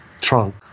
trunk